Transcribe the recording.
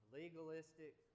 legalistic